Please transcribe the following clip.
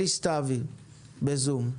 אלי סתוי בזום.